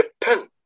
depend